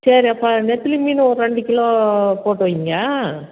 சரி அப்போ நெத்திலி மீன் ஒரு ரெண்டு கிலோ போட்டு வைங்க